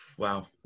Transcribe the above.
Wow